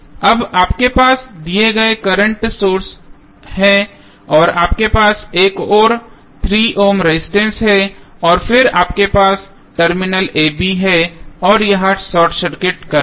अब आपके पास दिए गए करंट सोर्स हैं और आपके पास एक और 3 ओम रेजिस्टेंस है और फिर आपके पास टर्मिनल a b है और यह शॉर्ट सर्किट करंट है